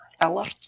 Ella